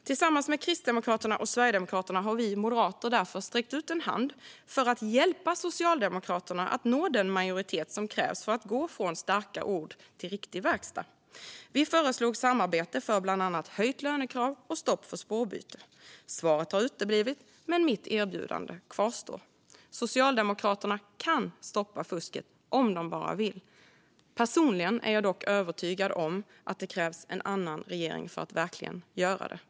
Tillsammans med Kristdemokraterna och Sverigedemokraterna har vi moderater därför sträckt ut en hand för att hjälpa Socialdemokraterna att nå den majoritet som krävs för att gå från starka ord till riktig verkstad. Vi föreslog samarbete för bland annat höjt lönekrav och stopp för spårbyte. Svaret har uteblivit, men mitt erbjudande kvarstår. Socialdemokraterna kan stoppa fusket om de bara vill. Personligen är jag dock övertygad om att det krävs en annan regering för att göra det.